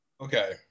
okay